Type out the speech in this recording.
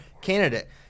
candidate